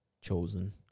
chosen